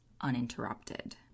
uninterrupted